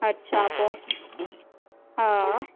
अच्छा पोइ हा